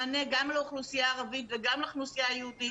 מענה גם לאוכלוסייה הערבית וגם לאוכלוסייה היהודית.